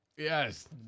Yes